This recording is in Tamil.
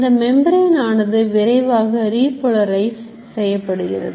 இந்த மெம்பரேன் ஆனது விரைவாக repolarize செய்யப்படுகிறது